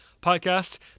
podcast